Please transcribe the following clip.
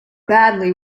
badly